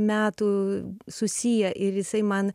metų susiję ir jisai man